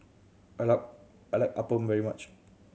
I like I like appam very much